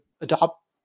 adopt